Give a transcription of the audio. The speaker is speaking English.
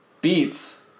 beats